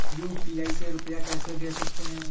UPI से रुपया कैसे भेज सकते हैं?